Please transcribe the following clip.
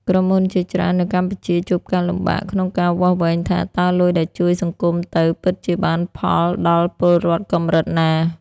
ក្រុមហ៊ុនជាច្រើននៅកម្ពុជាជួបការលំបាកក្នុងការវាស់វែងថា តើលុយដែលជួយសង្គមទៅ ពិតជាបានផលដល់ពលរដ្ឋកម្រិតណា។